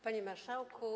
Panie Marszałku!